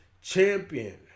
Champion